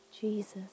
Jesus